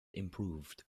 improved